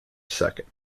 second